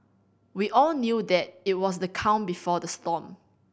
we all knew that it was the calm before the storm